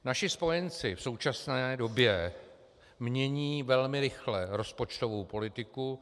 Naši spojenci v současné době mění velmi rychle rozpočtovou politiku.